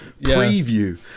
preview